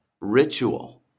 ritual